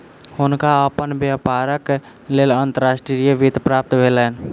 हुनका अपन व्यापारक लेल अंतर्राष्ट्रीय वित्त प्राप्त भेलैन